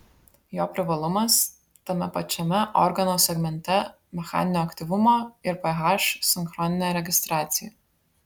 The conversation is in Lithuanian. jo privalumas tame pačiame organo segmente mechaninio aktyvumo ir ph sinchroninė registracija